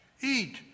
eat